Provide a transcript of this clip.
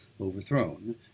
overthrown